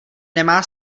nemá